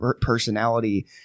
personality